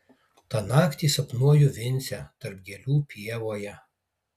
tą naktį sapnuoju vincę tarp gėlių pievoje